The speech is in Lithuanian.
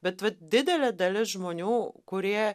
bet vat didelė dalis žmonių kurie